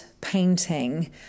painting